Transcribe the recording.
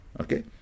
Okay